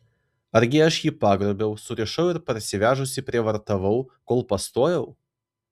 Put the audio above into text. argi aš jį pagrobiau surišau ir parsivežusi prievartavau kol pastojau